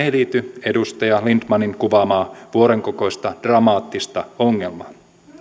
ei liity edustaja lindtmanin kuvaamaa vuoren kokoista dramaattista ongelmaa